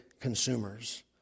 consumers